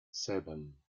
seven